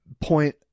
point